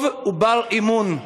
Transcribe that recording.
טוב ובר-אמון.